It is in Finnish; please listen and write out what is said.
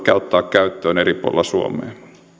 ottaa käyttöön eri puolilla suomea